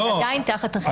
אבל זה עדיין תחת החיסיון.